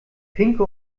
pinke